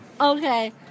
Okay